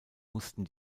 mussten